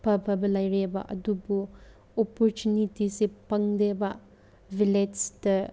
ꯑꯐ ꯑꯐꯕ ꯂꯩꯔꯦꯕ ꯑꯗꯨꯕꯨ ꯑꯣꯄꯣꯔꯆꯨꯅꯤꯇꯤꯁꯁꯦ ꯐꯪꯗꯦꯕ ꯚꯤꯂꯦꯖꯇ